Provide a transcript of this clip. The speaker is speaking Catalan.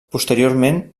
posteriorment